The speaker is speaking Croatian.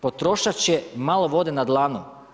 Potrošač je malo vode na dlanu.